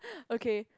okay